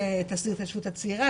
שתסדיר את ההתיישבות הצעירה,